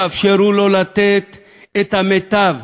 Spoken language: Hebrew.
תאפשרו לו לתת את המיטב,